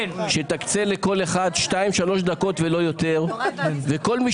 שתקצה לכל אחד שתיים-שלוש דקות ולא יותר וכל מי